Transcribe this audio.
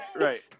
right